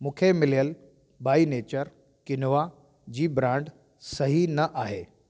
मूंखे मिलियल by nature quinoa जी ब्रांड सही न आहे